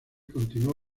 continuó